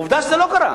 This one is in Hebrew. עובדה שזה לא קרה.